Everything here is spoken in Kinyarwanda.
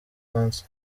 france